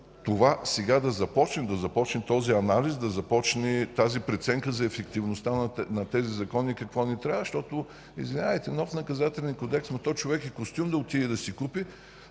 това сега да започне – да започне този анализ, да започне преценката за ефективността на тези закони, какво ни трябва. Защото, извинявайте, нов Наказателен кодекс, но човек и нов костюм да отиде да си купи